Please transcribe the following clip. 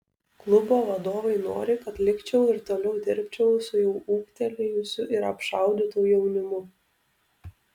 klubo vadovai nori kad likčiau ir toliau dirbčiau su jau ūgtelėjusiu ir apšaudytu jaunimu